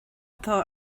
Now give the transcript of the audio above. atá